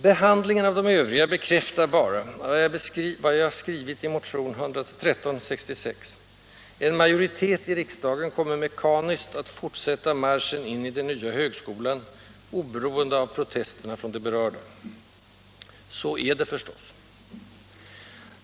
Behandlingen av de övriga bekräftar bara vad jag skrivit i motionen 1366, nämligen att ”en majoritet i riksdagen mekaniskt kommer att fortsätta marschen in i den nya högskolan oberoende av protesterna från de berörda”. Så är det, förstås.